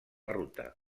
ruta